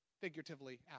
figuratively